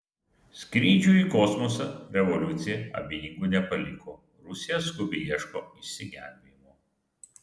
skrydžių į kosmosą revoliucija abejingų nepaliko rusija skubiai ieško išsigelbėjimo